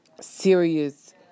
serious